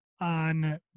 on